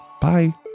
Bye